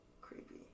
Creepy